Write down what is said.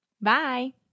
bye